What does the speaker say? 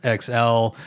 XL